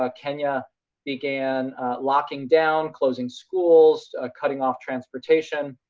ah kenya began locking down, closing schools, cutting off transportation,